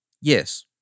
Yes